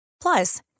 Plus